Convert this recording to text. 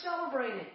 celebrating